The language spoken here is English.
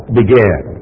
began